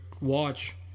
watch